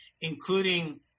including